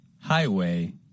Highway